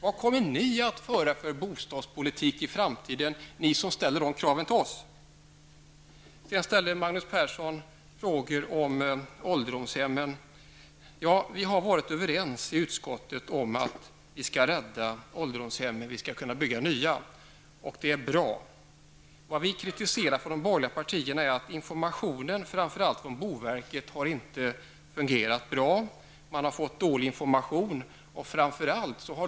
Vad kommer ni som ställer dessa krav på oss att föra för bostadspolitik i framtiden? Magnus Persson ställer frågor om ålderdomshemmen. Vi har varit överens i utskottet om att rädda ålderdomshemmen och om bygga nya. Det är bra. Vad vi från de borgerliga partierna kritiserar är att informationen, framför allt från boverket inte har fungerat bra. Man har fått dålig information.